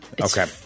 Okay